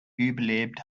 überlebt